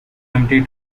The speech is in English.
empty